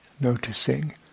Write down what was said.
noticing